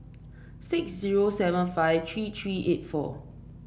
six zero seven five three three eight four